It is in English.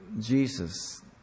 Jesus